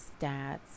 stats